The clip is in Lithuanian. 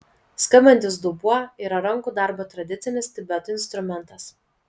skambantis dubuo yra rankų darbo tradicinis tibeto instrumentas